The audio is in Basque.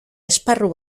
esparru